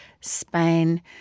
Spain